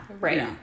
Right